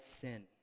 sin